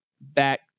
back